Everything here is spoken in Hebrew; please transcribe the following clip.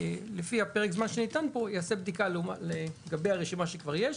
לפי פרק הזמן שניתן פה הוא יעשה בדיקה לגבי הרשימה שכבר יש.